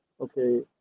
okay